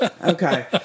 Okay